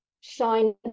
shine